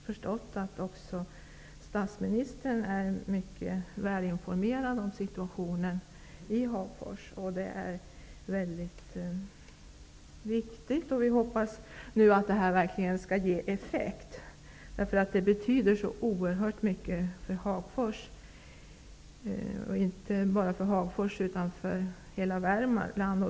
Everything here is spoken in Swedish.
Fru talman! Jag vill tacka näringsministern för svaret och även för de underhandsmeddelanden som vi har fått om vidtagna åtgärder från näringsministerns sida. Vid en uppvaktning har jag förstått att även statsministern är mycket välinformerad om situationen i Hagfors. Det är mycket viktigt. Vi hoppas nu att detta verkligen skall ge effekt. Det betyder så oerhört mycket för Hagfors, och inte bara för Hagfors utan för hela Värmland.